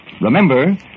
Remember